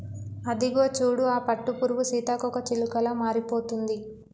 అదిగో చూడు ఆ పట్టుపురుగు సీతాకోకచిలుకలా మారిపోతుంది